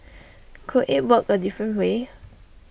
could IT work A different way